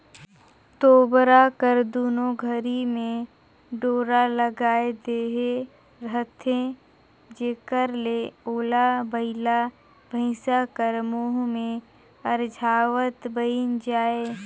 तोबरा कर दुनो घरी मे डोरा लगाए देहे रहथे जेकर ले ओला बइला भइसा कर मुंह मे अरझावत बइन जाए